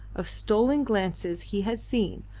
of stolen glances he had seen,